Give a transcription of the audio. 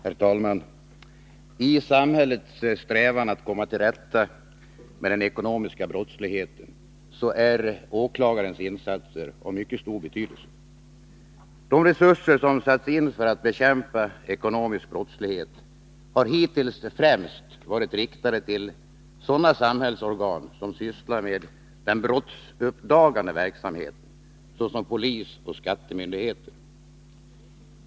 Herr talman! I samhällets strävan att komma till rätta med den ekonomiska brottsligheten är åklagarens insatser av mycket stor betydelse. De resurser som satts in för att bekämpa ekonomisk brottslighet har hittills främst varit riktade till sådana samhällsorgan som sysslar med den brottsuppdagande verksamheten, såsom polisoch skattemyndigheter.